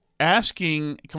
asking